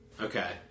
Okay